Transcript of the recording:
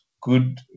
good